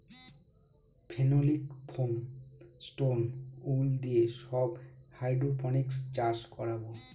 phenolic foam, stone wool দিয়ে সব hydroponics চাষ করাবো